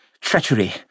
Treachery